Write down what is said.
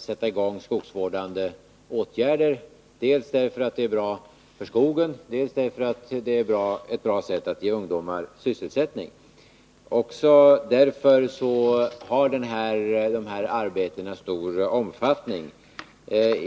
sätta i gång skogsvårdande åtgärder, dels därför att det är bra för skogen, dels därför att det är ett bra sätt att ge ungdomar sysselsättning. Dessa arbeten har också stor omfattning.